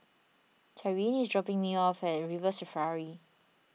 Tyrin is dropping me off at River Safari